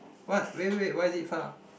what wait wait wait why is it far